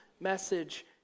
message